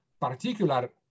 particular